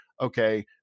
okay